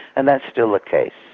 and that's still the case.